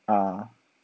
uh